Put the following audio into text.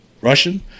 Russian